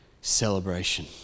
celebration